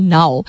now